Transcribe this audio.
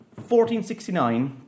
1469